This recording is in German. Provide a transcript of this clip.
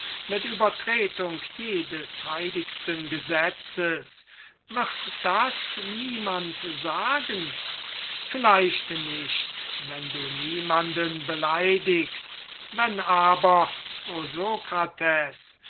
mit übertretung jedes heiligsten gesetzes wird das niemand sagen vielleicht nicht wenn du niemanden beleidigst sonst aber o